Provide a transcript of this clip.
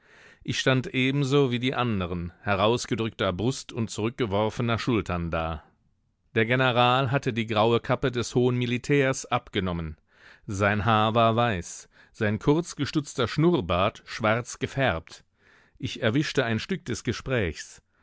ich stand ebenso wie die anderen herausgedrückter brust und zurückgeworfener schultern da der general hatte die graue kappe des hohen militärs abgenommen sein haar war weiß sein kurzgestutzter schnurrbart schwarz gefärbt ich erwischte ein stück des gesprächs